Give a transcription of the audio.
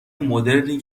مدرنی